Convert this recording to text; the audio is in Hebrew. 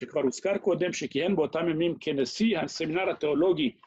שכבר הוזכר קודם שכהן באותם ימים כנשיא הסמינר התיאולוגי